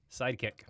Sidekick